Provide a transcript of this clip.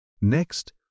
Next